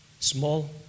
Small